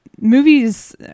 movies